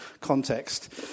context